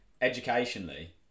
educationally